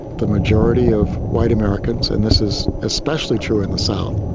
the majority of white americans, and this is especially true in the south,